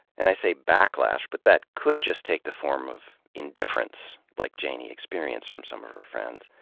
and i say backlash, but that could just take the form of indifference, like janey experienced from some of her friends,